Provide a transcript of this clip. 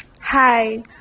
hi